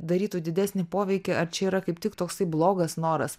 darytų didesnį poveikį ar čia yra kaip tik toksai blogas noras